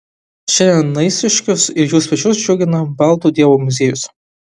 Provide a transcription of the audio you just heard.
šiandien naisiškius ir jų svečius džiugina baltų dievų muziejus